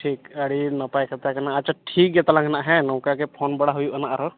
ᱴᱷᱤᱠ ᱟᱹᱰᱤ ᱱᱟᱯᱟᱭ ᱠᱟᱛᱷᱟ ᱠᱟᱱᱟ ᱟᱪᱪᱷᱟ ᱴᱷᱤᱠᱜᱮᱭᱟ ᱛᱟᱦᱚᱞᱮ ᱦᱮᱸ ᱱᱚᱝᱠᱟᱜᱮ ᱯᱷᱳᱱ ᱵᱟᱲᱟ ᱦᱩᱭᱩᱜᱼᱟ ᱱᱟᱦᱟᱜ ᱟᱨᱚ